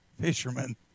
Fishermen